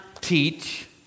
teach